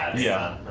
yeah,